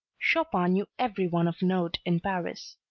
chopin knew every one of note in paris.